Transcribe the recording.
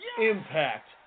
Impact